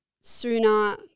sooner